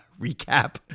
recap